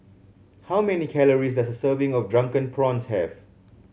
how many calories does a serving of Drunken Prawns have